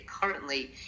currently